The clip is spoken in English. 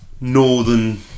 northern